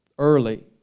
Early